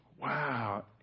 Wow